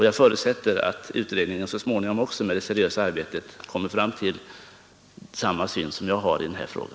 Jag förutsätter att utredningen så småningom på grundval av sitt seriösa arbete kommer fram till samma syn som jag har i denna fråga.